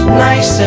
nice